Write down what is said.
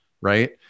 Right